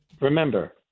Remember